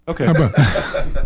Okay